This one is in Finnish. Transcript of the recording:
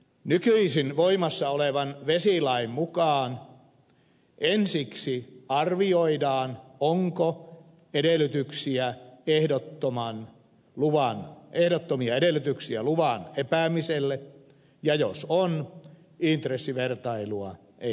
nykyisin voimassa olevan vesilain mukaan ensiksi arvioidaan onko ehdottomia edellytyksiä luvan epäämiselle ja jos on intressivertailua ei suoriteta